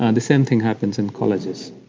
and same thing happens in colleges.